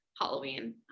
Halloween